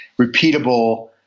repeatable